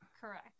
Correct